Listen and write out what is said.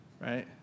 right